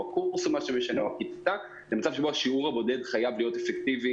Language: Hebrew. הקורס הוא מה שמשנה למצב שבו השיעור הבודד חייב להיות אפקטיבי